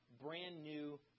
brand-new